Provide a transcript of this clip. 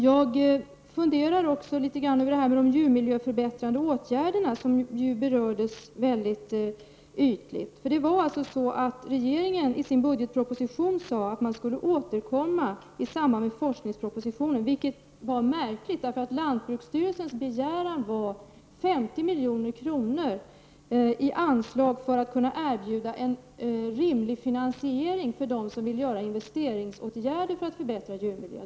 Jag funderade litet grand över de djurmiljöförbättrande åtgärderna, som berördes väldigt ytligt av Jan Fransson. Regeringen uttalade i budgetpropositionen att man skall återkomma i samband med forskningspropositionen, vilket är märkligt, eftersom lantbruksstyrelsens begäran var 50 milj.kr. i anslag för att kunna erbjuda en rimlig finansiering för dem som vill vidta investeringsåtgärder för att förbättra djurmiljön.